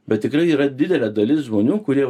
bet tikrai yra didelė dalis žmonių kurie